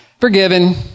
Forgiven